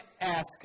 ask